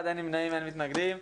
2 נגד אין נמנעים אין התקנות התקבלו.